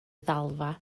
ddalfa